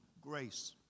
grace